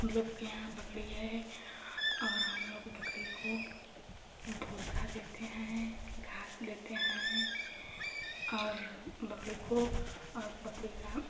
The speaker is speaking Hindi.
हमलोग के यहाँ बकरी है और हमलोग बकरी को भूसा देते हैं घास देते हैं और बकरी को और बकरी का